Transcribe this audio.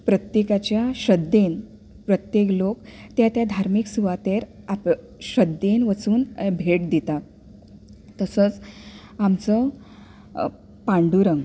प्रत्येकाच्या श्रद्धेन प्रत्येक लोक त्या त्या धार्मीक सुवातेर श्रद्धेन वचून भेट दितात तसोच आमचो पांडुरंग